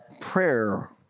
prayer